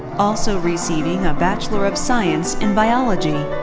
also receiving a bachelor of science in biology.